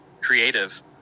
creative